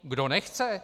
Kdo nechce?